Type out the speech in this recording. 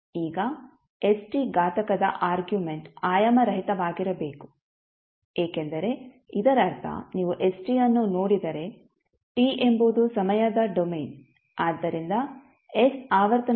ಈಗ st ಘಾತಕದ argument ಆಯಾಮರಹಿತವಾಗಿರಬೇಕು ಏಕೆಂದರೆ ಇದರರ್ಥ ನೀವು st ಅನ್ನು ನೋಡಿದರೆ t ಎಂಬುದು ಸಮಯದ ಡೊಮೇನ್ ಆದ್ದರಿಂದ s ಆವರ್ತನದ ಆಯಾಮವಾಗಿರುತ್ತದೆ